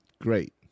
great